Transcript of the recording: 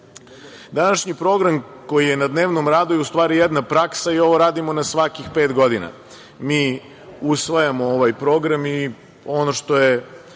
to. Današnji program koji je na dnevnom radu je u stvari jedna praksa i ovo radimo na svakih pet godina. Mi usvajamo ovaj program i ono što je